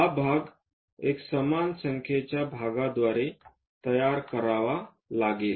हा भाग एक समान संख्येच्या भागाद्वारे तयार करावा लागेल